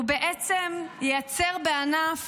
הוא ייצר בענף